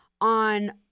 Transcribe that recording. on